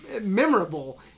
memorable